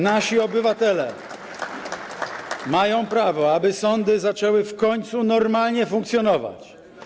Nasi obywatele mają prawo do tego, aby sądy zaczęły w końcu normalnie funkcjonować.